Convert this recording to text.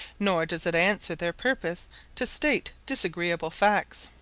nor does it answer their purpose to state disagreeable facts.